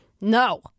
no